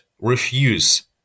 refuse